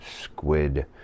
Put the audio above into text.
squid